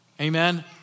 Amen